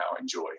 enjoy